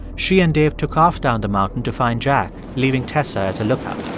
she and dave took off down the mountain to find jack, leaving tessa as a lookout